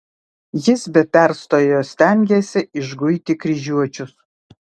jis be perstojo stengėsi išguiti kryžiuočius